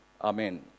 Amen